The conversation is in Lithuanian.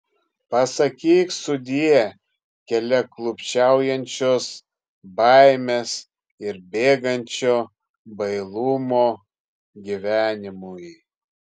pasakyk sudie keliaklupsčiaujančios baimės ir bėgančio bailumo gyvenimui